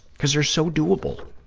because they're so doable.